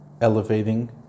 elevating